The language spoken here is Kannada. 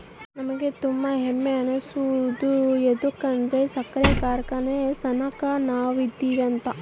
ನಮಿಗೆ ತುಂಬಾ ಹೆಮ್ಮೆ ಅನ್ಸೋದು ಯದುಕಂದ್ರ ಸಕ್ರೆ ಕಾರ್ಖಾನೆ ಸೆನೆಕ ನಾವದಿವಿ ಅಂತ